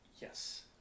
Yes